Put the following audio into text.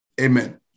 Amen